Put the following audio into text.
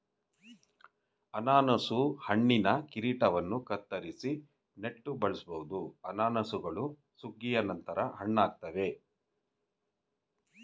ಅನನಾಸು ಹಣ್ಣಿನ ಕಿರೀಟವನ್ನು ಕತ್ತರಿಸಿ ನೆಟ್ಟು ಬೆಳೆಸ್ಬೋದು ಅನಾನಸುಗಳು ಸುಗ್ಗಿಯ ನಂತರ ಹಣ್ಣಾಗ್ತವೆ